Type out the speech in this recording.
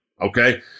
okay